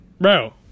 Bro